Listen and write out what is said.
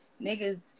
niggas